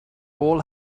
all